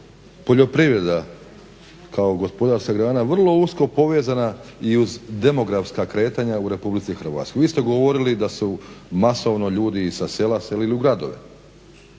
poljoprivreda kao gospodarska grana vrlo usko povezana i uz demografska kretanja u Republici Hrvatskoj. Vi ste govorili da su masovno ljudi i sa sela selili u gradove